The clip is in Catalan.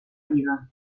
viva